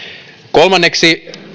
kolmanneksi